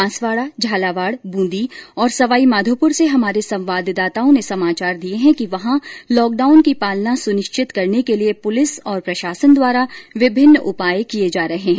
बांसवाड़ा झालावाड बृंदी सवाईमाघोपूर से हमारे संवाददाताओं ने समाचार दिए है कि वहां लॉकडाउन की पालना सुनिश्चित करने के लिए पुलिस और प्रशासन द्वारा विभिन्न उपाय किए जा रहे है